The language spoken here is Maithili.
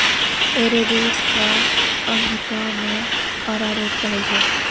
एरोरूट कॅ अंगिका मॅ अरारोट कहै छै